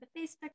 Facebook